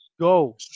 Go